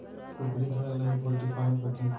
कुकरी घर ल ही पोल्टी फारम कथें